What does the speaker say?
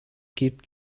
keep